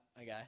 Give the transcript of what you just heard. Okay